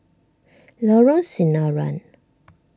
Lorong Sinaran